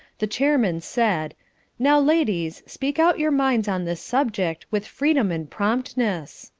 the chairman said now, ladies, speak out your minds on this subject with freedom and promptness.